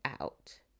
out